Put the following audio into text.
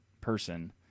person